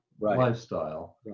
lifestyle